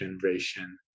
generation